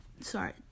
Sorry